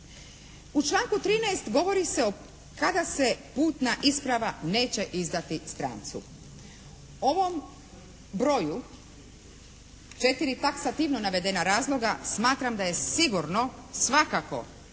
U članku 13. govori se o, kada se putna isprava neće izdati stranci. Ovom broju, 4 taksativno navedena razloga smatram da je sigurno svakako, a